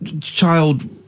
child